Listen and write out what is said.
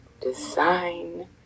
design